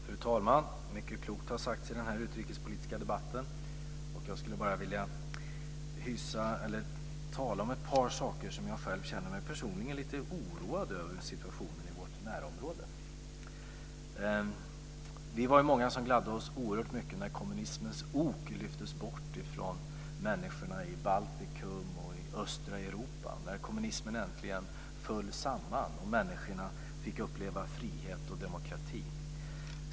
Fru talman! Mycket klokt har sagts i den här utrikespolitiska debatten. Jag skulle bara vilja tala om ett par saker som jag personligen känner mig lite oroad över. Det gäller situationen i vårt närområde. Vi var många som gladde oss oerhört mycket när kommunismens ok lyftes bort från människorna i Baltikum och östra Europa, när kommunismen äntligen föll samman och människorna fick uppleva frihet och demokrati.